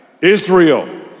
Israel